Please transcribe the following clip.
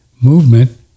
movement